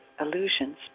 illusions